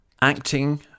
acting